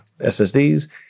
SSDs